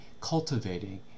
cultivating